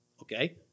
okay